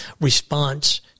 response